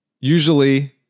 Usually